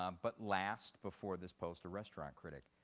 um but last, before this post, a restaurant critic.